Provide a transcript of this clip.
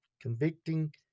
convicting